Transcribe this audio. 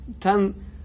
ten